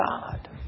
God